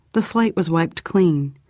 the slate was wiped clean,